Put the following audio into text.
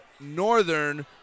Northern